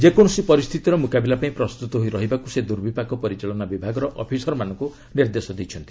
ଯେକୌଣସି ପରିସ୍ଥିତିର ମୁକାବିଲା ପାଇଁ ପ୍ରସ୍ତୁତ ହୋଇ ରହିବାକୁ ସେ ଦୁର୍ବିପାକ ପରିଚାଳନା ବିଭାଗର ଅଫିସରମାନଙ୍କୁ ନିର୍ଦ୍ଦେଶ ଦେଇଛନ୍ତି